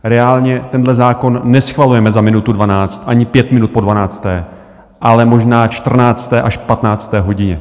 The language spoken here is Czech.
Reálně tenhle zákon neschvalujeme za minutu dvanáct, ani pět minut po dvanácté, ale možná čtrnácté až patnácté hodině.